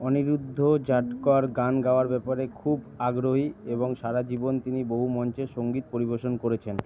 অনিরুদ্ধ জাটকর গান গাওয়ার ব্যাপারে খুবই আগ্রহী এবং সারা জীবন তিনি বহু মঞ্চে সংগীত পরিবেশন করেছেন